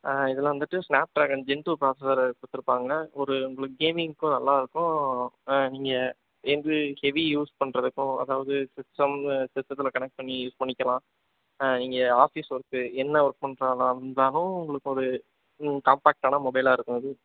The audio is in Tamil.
இதில் வந்துட்டு Snapdragon gen two processor அது கொடுத்துருப்பாங்க ஒரு உங்களுக்கு கேமிங்க்கும் நல்லாயிருக்கும் நீங்கள் இது ஹெவி யூஸ் பண்ணுறதுக்கும் அதாவது சிஸ்டம் சிஸ்டத்தில் கனக்ட் பண்ணி யூஸ் பண்ணிக்கலாம் நீங்கள் ஆஃபிஸ் ஒர்க்கு என்ன ஒர்க் பண்ணுறதா இருந்தாலும் உங்களுக்கு ஒரு காம்பெக்ட்டான மொபைலாக இருக்கும் அது